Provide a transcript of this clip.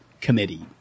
committee